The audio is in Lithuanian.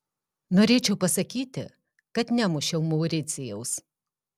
norėčiau pasakyti kad nemušiau mauricijaus